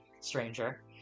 stranger